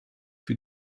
für